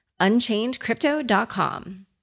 UnchainedCrypto.com